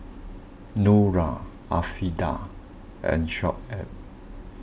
Nura Afiqah and Shoaib